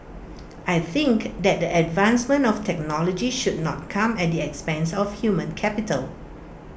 I think that the advancement of technology should not come at the expense of human capital